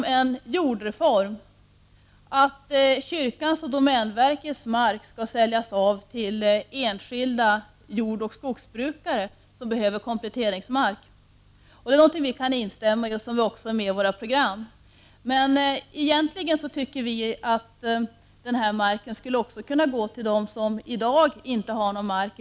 Den handlar om att kyrkans och domänverkets mark skall säljas av till enskilda jordoch skogsbrukare som behöver kompletteringsmark. Det kan vi instämma i, och det är också med i våra program. Men vi anser också att sådan mark även kan gå till dem som över huvud taget inte har någon mark.